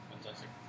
Fantastic